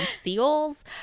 seals